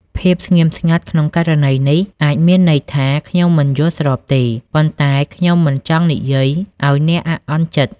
ភាពស្ងៀមស្ងាត់ក្នុងករណីនេះ អាចមានន័យថា ខ្ញុំមិនយល់ស្របទេ ប៉ុន្តែខ្ញុំមិនចង់និយាយឱ្យអ្នកអាក់អន់ចិត្ត។